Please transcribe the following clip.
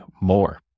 more